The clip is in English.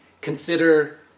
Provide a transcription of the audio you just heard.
consider